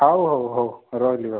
ହଉ ହଉ ହଉ ରହିଲି ହଉ